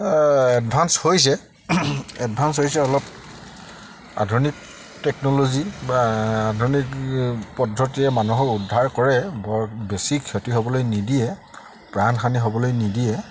advance হৈছে advance হৈছে অলপ আধুনিক টেকন'লজি বা আধুনিক পদ্ধতিৰে মানুহক উদ্ধাৰ কৰে বৰ বেছি ক্ষতি হ'বলৈ নিদিয়ে প্ৰাণ হানি হ'বলৈ নিদিয়ে